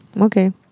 Okay